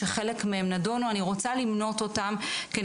חלק מהם נדונו ואני רוצה למנות אותם כי